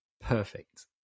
perfect